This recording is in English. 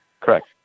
Correct